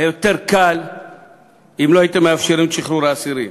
היה יותר קל אם לא הייתם מאפשרים את שחרור אסירים.